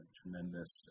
tremendous